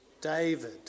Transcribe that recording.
David